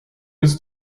ist